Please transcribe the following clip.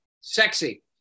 sexy